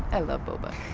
i love boba.